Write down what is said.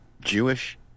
Jewish